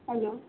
hello